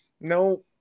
no